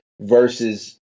versus